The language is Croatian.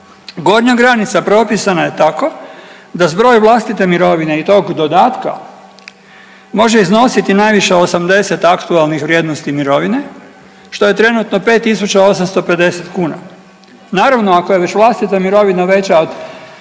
gornja granica propisana je tako da zbroj vlastite mirovine i tog dodatka može iznositi najviše 80 aktualnih vrijednosti mirovine što je trenutno 5.850 kuna. Naravno ako je već vlastita mirovina veća od,